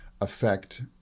affect